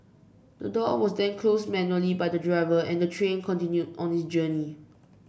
the door was then closed manually by the driver and the train continued on its journey